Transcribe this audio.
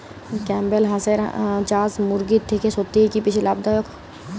Campbell হাঁসের চাষ মুরগির থেকে সত্যিই কি বেশি লাভ দায়ক?